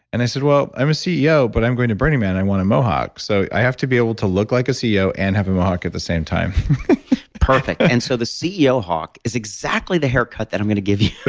and i said, well, well, i'm a ceo but i'm going to burning man. i want a mohawk so i have to be able to look like a ceo and have a mohawk at the same time perfect. and so the ceo-hawk is exactly the haircut that i'm going to give you.